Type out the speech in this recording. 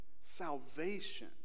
salvation